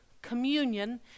communion